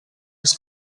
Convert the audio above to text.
his